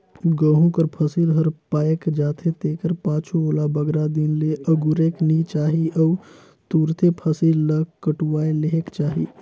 गहूँ कर फसिल हर पाएक जाथे तेकर पाछू ओला बगरा दिन ले अगुरेक नी चाही अउ तुरते फसिल ल कटुवाए लेहेक चाही